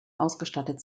ausgestattet